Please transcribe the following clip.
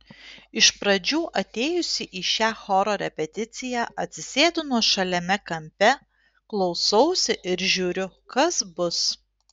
iš pradžių atėjusi į šią choro repeticiją atsisėdu nuošaliame kampe klausausi ir žiūriu kas bus